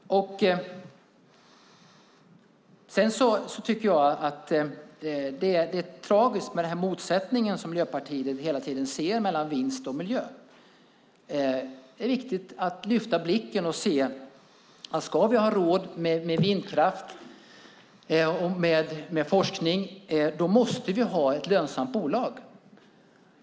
Det är tragiskt med den motsättning som Miljöpartiet hela tiden ser mellan vinst och miljö. Det är viktigt att lyfta blicken och se att vi för att ha råd med vindkraft och med forskning måste ha ett lönsamt bolag.